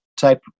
type